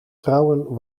trouwen